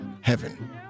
Heaven